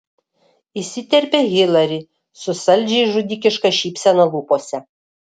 įsiterpia hilari su saldžiai žudikiška šypsena lūpose